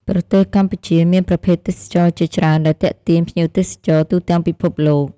ប្រទេសកម្ពុជាមានប្រភេទទេសចរណ៍ជាច្រើនដែលទាក់ទាញភ្ញៀវទេសចរទូទាំងពិភពលោក។